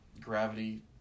gravity